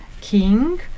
king